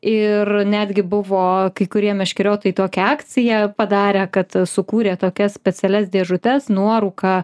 ir netgi buvo kai kurie meškeriotojai tokią akciją padarę kad sukūrė tokias specialias dėžutes nuorūka